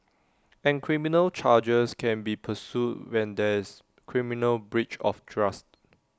and criminal charges can be pursued when there is criminal breach of trust